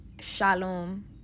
shalom